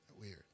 weird